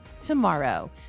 tomorrow